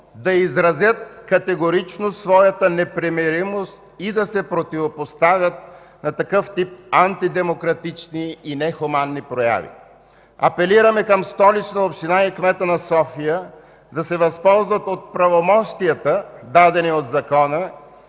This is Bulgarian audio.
да изразят категорично своята непримиримост и да се противопоставят на такъв тип антидемократични и нехуманни прояви. Апелираме към Столична община и кмета на София да се възползват от правомощията, дадени от закона,